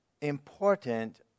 important